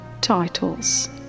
titles